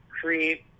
create